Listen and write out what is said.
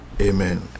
Amen